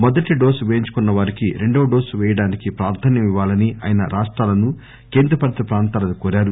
మొదటి డోసు పేయించుకున్నవారికి రెండవ డోసు వేయడానికి ప్రాధాన్వం ఇవ్వాలని ఆయన రాష్టాలను కేంద్రపాలిత ప్రాంతాలను కోరారు